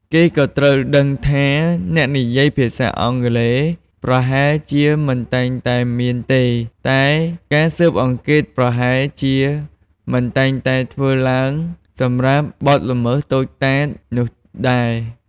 គេក៏ត្រូវដឹងថាអ្នកនិយាយភាសាអង់គ្លេសប្រហែលជាមិនតែងតែមានទេ ហើយការស៊ើបអង្កេតប្រហែលជាមិនតែងតែធ្វើឡើងសម្រាប់បទល្មើសតូចតាចនោះដែរ។